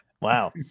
Wow